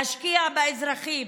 להשקיע באזרחים,